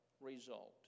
result